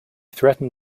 threaten